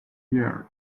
year